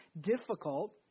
difficult